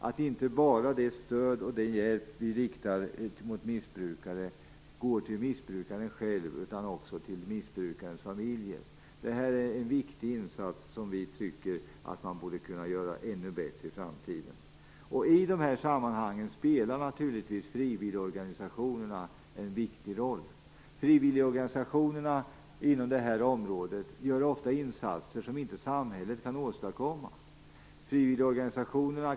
Den hjälp och det stöd som vi riktar till missbrukare skall inte bara gå till missbrukaren själv utan också till missbrukarens familj. Det är en viktig insats, som vi tycker att man skulle kunna utforma ännu bättre i framtiden. I dessa sammanhang spelar naturligtvis frivilligorganisationerna en viktig roll. Frivilligorganisationerna inom det här området gör ofta insatser som samhället inte kan åstadkomma.